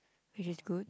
which is good